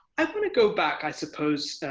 i'm want to go back, i suppose,